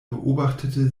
beobachtete